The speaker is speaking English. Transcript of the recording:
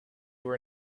were